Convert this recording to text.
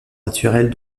naturelle